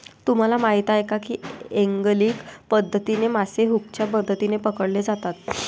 तुम्हाला माहीत आहे का की एंगलिंग पद्धतीने मासे हुकच्या मदतीने पकडले जातात